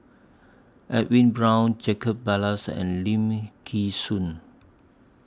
Edwin Brown Jacob Ballas and Lim Nee Soon